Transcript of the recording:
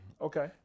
Okay